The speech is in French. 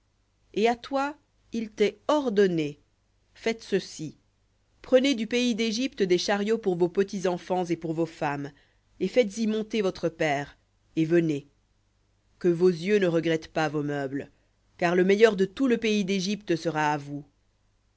et à toi il t'est ordonné faites ceci prenez du pays d'égypte des chariots pour vos petits enfants et pour vos femmes et faites-y monter votre père et venez que vos yeux ne regrettent pas vos meubles car le meilleur de tout le pays d'égypte sera à vous